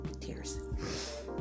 tears